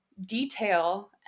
detail